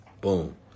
Boom